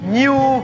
new